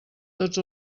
tots